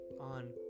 On